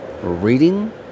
Reading